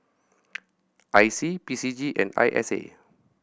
I C P C G and I S A